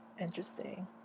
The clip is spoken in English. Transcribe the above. interesting